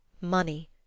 Money